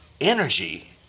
energy